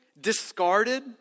discarded